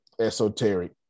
esoteric